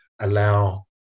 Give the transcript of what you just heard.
allow